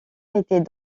était